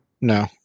No